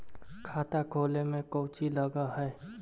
खाता खोले में कौचि लग है?